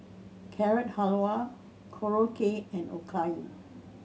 Carrot Halwa Korokke and Okayu